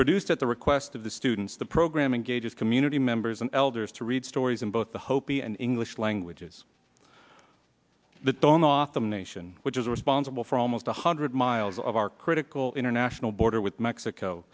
produced at the request of the students the program engages community members and elders to read stories in both the hopi and english languages that don't offer them a nation which is responsible for almost a hundred miles of our critical international border with mexico